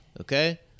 Okay